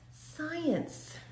science